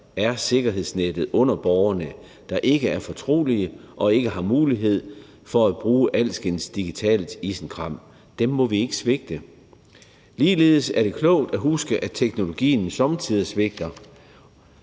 er sikkerhedsnettet under borgerne, der ikke er fortrolige og ikke har mulighed for at bruge alskens digitale isenkram. Dem må vi ikke svigte. Ligeledes er det klogt at huske, at teknologien somme tider svigter,